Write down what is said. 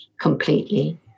completely